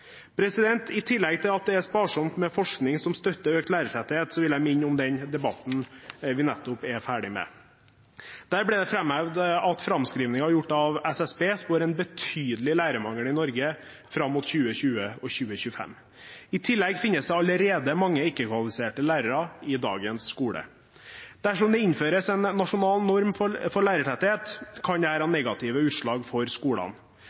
I tillegg til at det er sparsomt med forskning som støtter økt lærertetthet, vil jeg minne om den debatten vi nettopp ble ferdig med her i salen. Der ble det framhevet at framskrivinger gjort av SSB spår en betydelig lærermangel i Norge fram mot 2020–2025. I tillegg finnes det allerede mange ikke-kvalifiserte lærere i dagens skole. Dersom det innføres en nasjonal norm for lærertetthet, kan dette få negative utslag for skolene.